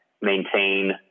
maintain